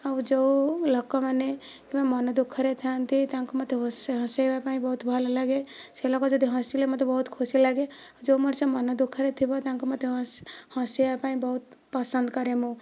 ଆଉ ଯେଉଁ ଲୋକମାନେ କିମ୍ବା ମନ ଦୁଃଖରେ ଥାନ୍ତି ତାଙ୍କୁ ମଧ୍ୟ ହସାଇବା ପାଇଁ ବହୁତ ଭଲ ଲାଗେ ସେ ଲୋକ ଯଦି ହସିଲେ ମୋତେ ବହୁତ ଖୁସି ଲାଗେ ଯେଉଁ ମଣିଷ ମନ ଦୁଃଖରେ ଥିବ ତାଙ୍କୁ ମୋତେ ହସାଇବାକୁ ପସନ୍ଦ କରେ ମୁଁ